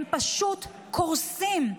הם פשוט קורסים.